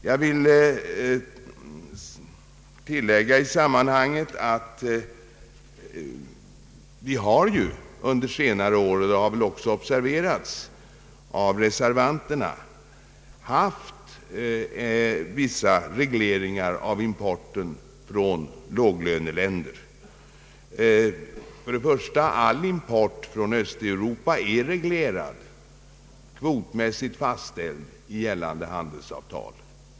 Jag vill i sammanhanget tillägga att vi under senare år — det har väl också reservanterna observerat — haft vissa regleringar av importen från låglöneländer. All import från t.ex. Östeuropa är reglerad och kvotmässigt fastställd i gällande handelsavtal.